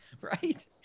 right